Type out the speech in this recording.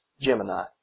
Gemini